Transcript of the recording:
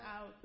out